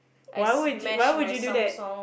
why would you why would you do that